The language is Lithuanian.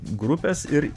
grupės ir